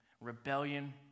Rebellion